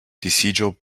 disiĝo